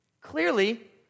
Clearly